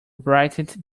brightened